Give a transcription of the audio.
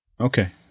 Okay